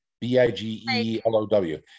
B-I-G-E-L-O-W